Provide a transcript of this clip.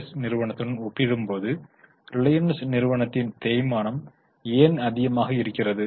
S நிறுவனத்துடன் ஒப்பிடும்போது ரிலையன்ஸ் நிறுவனத்தின் தேய்மானம் ஏன் அதிகமாக இருக்கிறது